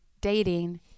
dating